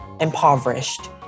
impoverished